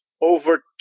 over